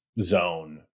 zone